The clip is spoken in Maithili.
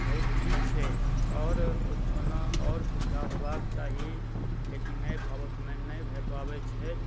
बहुत ठीक छै आओर ओहिमे आओर सुविधा होबाक चाही लेकिन नहि भए नहि भए पाबए छै